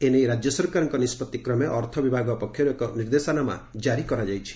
ଏ ନେଇ ରାକ୍ୟ ସରକାରଙ୍କ ନିଷ୍ବଭି କ୍ରମେ ଅର୍ଥ ବିଭାଗ ପକ୍ଷରୁ ଏକ ନିର୍ଦ୍ଦେଶନାମା ଜାରି କରାଯାଇଛି